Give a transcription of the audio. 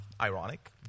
ironic